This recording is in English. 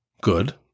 Good